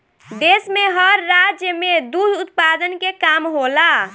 देश में हर राज्य में दुध उत्पादन के काम होला